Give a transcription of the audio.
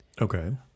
Okay